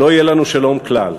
לא יהיה לנו שלום כלל.